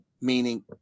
meaning